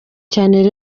cyane